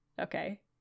okay